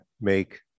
make